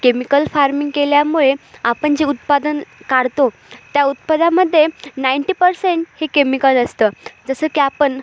chemical farming केल्यामुळे आपण जे उत्पादन काढतो त्या उत्पादनामध्ये नाईंटी पर्सेंट हे केमिकल असतं जसं की आपण